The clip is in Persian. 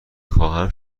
خواهم